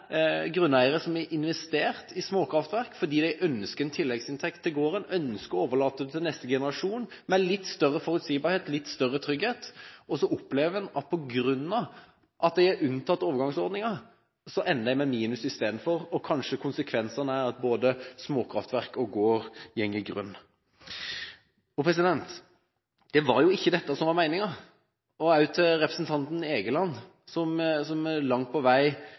investert i småkraftverk fordi de ønsker en tilleggsinntekt til gården, de ønsker å overlate den til neste generasjon med en litt større forutsigbarhet, litt større trygghet, og så opplever de at på grunn av at de er unntatt overgangsordningen, ender de i stedet i minus. Og kanskje konsekvensen blir at både småkraftverk og gård går til grunne – og det var jo ikke dette som var meningen. Til representanten Egeland, som langt på vei